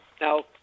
now